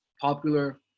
popular